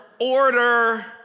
Order